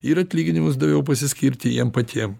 ir atlyginimus daugiau pasiskirti jiem patiem